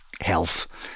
Health